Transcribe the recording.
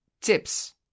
tips